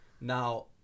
Now